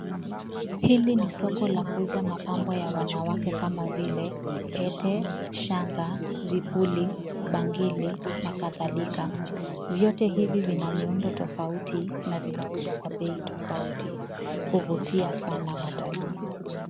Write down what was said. Hili ni soko la kuuza mapambo ya wanawake kama vile pete, shanga, vipuli, bangili, na kadhalika. Vyote hivi vina miundo tofauti na vinauzwa kwa bei tofauti. Huvitia sana watalii.